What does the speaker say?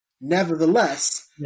Nevertheless